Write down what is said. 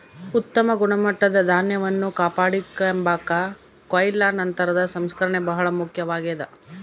ಉತ್ತಮ ಗುಣಮಟ್ಟದ ಧಾನ್ಯವನ್ನು ಕಾಪಾಡಿಕೆಂಬಾಕ ಕೊಯ್ಲು ನಂತರದ ಸಂಸ್ಕರಣೆ ಬಹಳ ಮುಖ್ಯವಾಗ್ಯದ